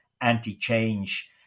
anti-change